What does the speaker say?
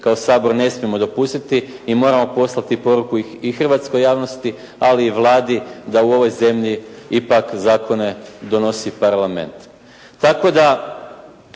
kao Sabor ne smijemo dopustiti i moramo poslati poruku i hrvatskoj javnosti, ali i Vladi da u ovoj zemlji ipak zakone donosi Parlament.